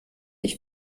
ich